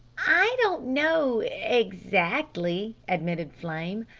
i don't know exactly, admitted flame.